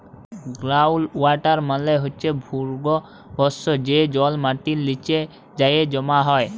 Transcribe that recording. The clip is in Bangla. গ্রাউল্ড ওয়াটার মালে হছে ভূগর্ভস্থ যে জল মাটির লিচে যাঁয়ে জমা হয়